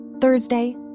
Thursday